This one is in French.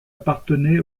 appartenait